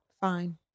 Fine